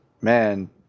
man